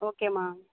okay அம்மா